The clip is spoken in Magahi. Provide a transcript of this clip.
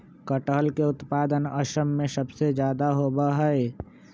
कटहल के उत्पादन असम में सबसे ज्यादा होबा हई